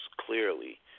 clearly